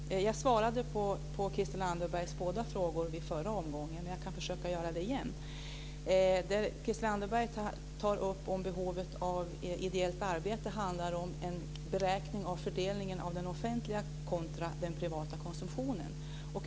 Fru talman! Jag svarade på Christel Anderbergs båda frågor i förra omgången, men jag kan försöka göra det igen. Christel Anderberg frågar om behovet av ideellt arbete grundar sig på en beräkning av fördelningen av den offentliga kontra den privata konsumtionen.